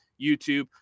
YouTube